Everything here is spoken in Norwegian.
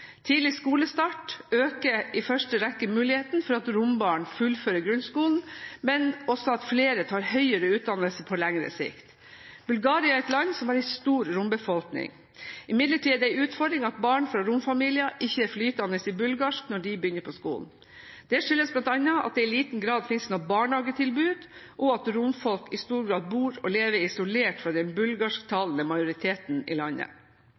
Tidlig skolestart øker i første rekke muligheten for at rombarn fullfører grunnskolen, men også for at flere tar høyere utdannelse på lengre sikt. Bulgaria er et land som har en stor rombefolkning. Imidlertid er det en utfordring at barn fra romfamilier ikke er flytende i bulgarsk når de begynner på skolen. Det skyldes bl.a. at det i liten grad finnes noe barnehagetilbud, og at romfolk i stor grad bor og lever isolert fra den bulgarsktalende majoriteten i landet.